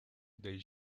they